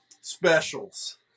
specials